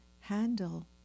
handle